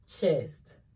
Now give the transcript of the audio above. chest